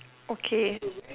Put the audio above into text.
okay